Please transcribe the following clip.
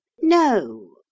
No